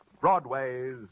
Broadway's